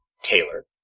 Taylor